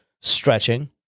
stretching